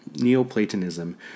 Neoplatonism